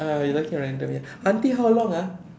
ah we talking random ya until how long ah